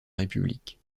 république